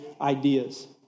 ideas